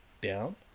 down